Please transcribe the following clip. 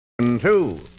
two